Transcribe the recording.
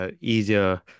easier